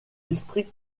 district